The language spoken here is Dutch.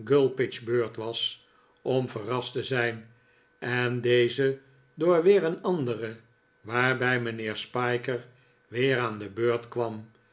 gulpidge's beurt was om verrast te zijn en deze door weer een andere waarbij mijnheer spiker weer aan de beurt kwam